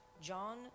John